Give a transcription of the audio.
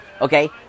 okay